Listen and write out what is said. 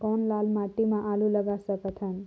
कौन लाल माटी म आलू लगा सकत हन?